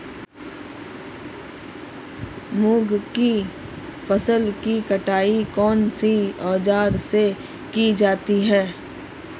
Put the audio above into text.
मूंग की फसल की कटाई कौनसे औज़ार से की जाती है?